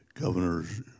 governor's